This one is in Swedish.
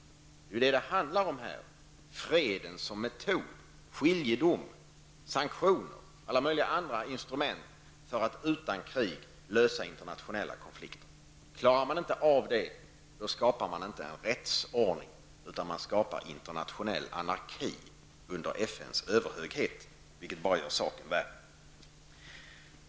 Det är ju detta det handlar om här: freden som metod -- skiljedom, sanktioner, alla möjliga andra instrument, för att utan krig lösa internationella konflikter. Klarar man inte av det, skapar man inte en rättsordning, utan man skapar internationell anarki under FNs överhöghet, vilket bara gör saken värre.